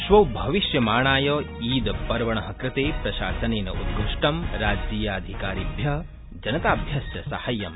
श्वो भविष्यमाणय ईदपर्वण कृते प्रशासनेन उद्गृष्ट राज्यीयाधिकारिभ्य जनताभ्यश्व साहाय्यम्